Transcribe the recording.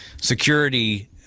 security